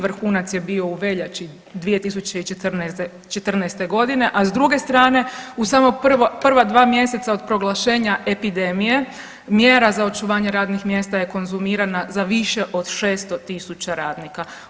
Vrhunac je bio u veljači 2014. godine, a s druge strane u samo prva dva mjeseca od proglašenja epidemije mjera za očuvanje radnih mjesta je konzumirana za više od 600 tisuća radnika.